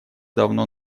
давно